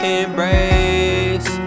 embrace